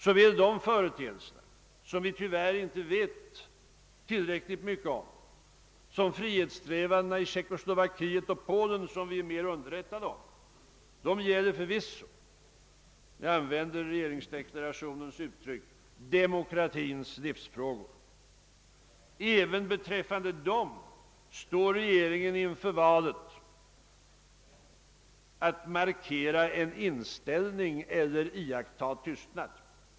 Såväl dessa företeelser — som vi tyvärr inte vet tillräckligt mycket om — som frihetssträvandena i Tjeckoslovakien och Polen — som vi är mer underrättade om — gäller förvisso, för att använda regeringsdeklarationens uttryck, demokratins livsfrågor. Även beträffande dem står regeringen inför valet att markera en inställning eller iaktta tystnad.